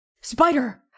Spider